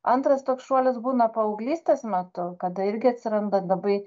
antras toks šuolis būna paauglystės metu kada irgi atsiranda labai